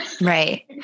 right